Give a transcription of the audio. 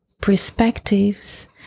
perspectives